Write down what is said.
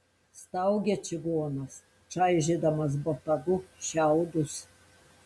staugė čigonas čaižydamas botagu šiaudus